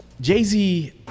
Jay-Z